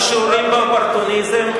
על שיעורים באופורטוניזם.